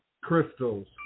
crystals